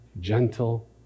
gentle